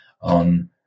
on